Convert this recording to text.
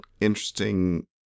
interesting